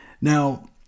Now